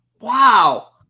Wow